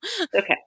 Okay